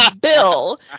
bill